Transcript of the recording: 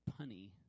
punny